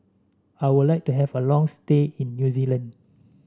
I would like to have a long stay in New Zealand